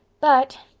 but.